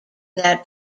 that